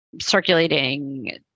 circulating